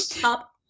Top